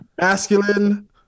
masculine